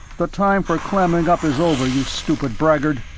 the time for clamming up is over, you stupid braggard,